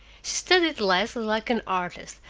studied leslie like an artist,